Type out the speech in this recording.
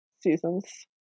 seasons